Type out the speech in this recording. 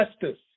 justice